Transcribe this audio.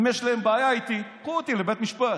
אם יש להם בעיה איתי, קחו אותי לבית משפט.